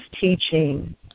teaching